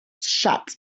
shut